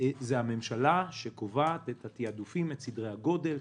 הממשלה היא שקובעת את התעדופים ואת סדרי הגודל.